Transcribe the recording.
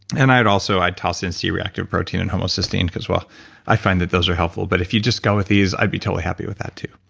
and i'd also toss in c-reactive protein and homocysteine, cause well i find that those are helpful, but if you just go with these i'd be totally happy with that too.